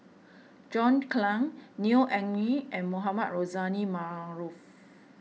John Clang Neo Anngee and Mohamed Rozani Maarof